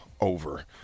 over